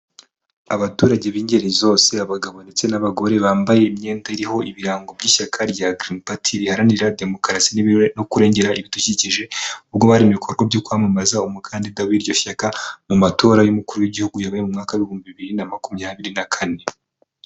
Abaturage b'ingeri zose, abagabo ndetse n'abagore, bambaye imyenda iriho ibirango by'ishyaka rya giririni pati, riharanira demokarasi no kurengera ibidukikije, ubwo bari mu bikorwa byo kwamamaza umukandida w'iryo shyaka, mu matora y'umukuru w'igihugu yabaye mu mwaka w'ibihumbi bibiri na makumyabiri na kane.